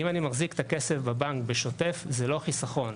אם אני מחזיק את הכסף בבנק בשוטף זה לא חיסכון.